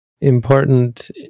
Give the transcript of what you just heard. important